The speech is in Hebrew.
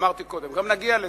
אמרתי קודם, גם נגיע לזה.